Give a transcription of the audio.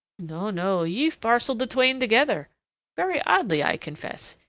no, no. ye've parcelled the twain together very oddly, i confess.